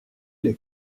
les